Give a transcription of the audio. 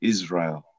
Israel